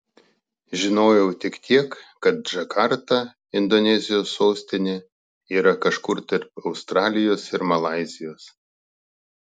žinojau tik tiek kad džakarta indonezijos sostinė yra kažkur tarp australijos ir malaizijos